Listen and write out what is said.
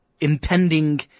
impending